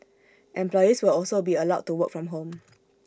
employees will also be allowed to work from home